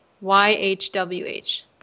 Y-H-W-H